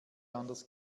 anders